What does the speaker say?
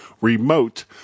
Remote